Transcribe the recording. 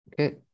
Okay